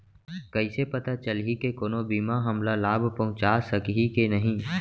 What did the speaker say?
कइसे पता चलही के कोनो बीमा हमला लाभ पहूँचा सकही के नही